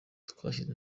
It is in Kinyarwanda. twashyize